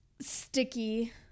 sticky